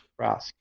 Rask